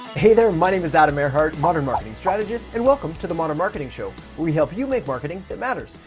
hey there, my name is adam erhart, modern marketing strategist, and welcome to the modern marketing show where we help you make marketing that matters.